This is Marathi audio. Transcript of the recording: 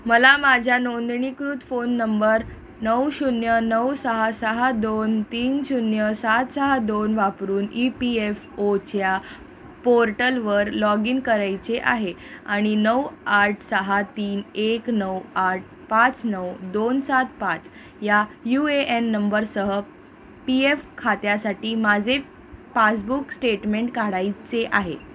मला माझ्या नोंदणीकृत फोन नंबर नऊ शून्य नऊ सहा सहा दोन तीन शून्य सात सहा दोन वापरून ई पी एफ ओच्या पोर्टलवर लॉग इन करायचे आहे आणि नऊ आठ सहा तीन एक नऊ आठ पाच नऊ दोन सात पाच या यू ए एन नंबरसह पी एफ खात्यासाठी माझे पासबुक स्टेटमेंट काढायचे आहे